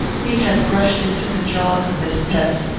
he had rushed into the jaws of this pest,